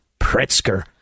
Pritzker